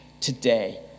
today